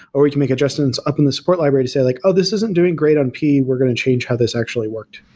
or we can make adjustments up in the support library to say like, oh, this isn't doing great on p. we're going to change how this actually worked.